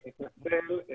אני מתנצל.